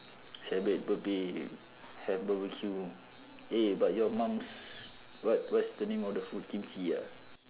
celebrate birthday have barbecue eh but your mum's what what's the name of the food kimchi ah